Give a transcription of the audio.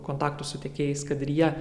kontaktų su tiekėjais kad ir jie